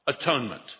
atonement